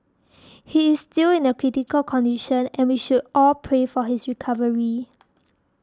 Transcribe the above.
he is still in critical condition and we should all pray for his recovery